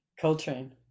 Coltrane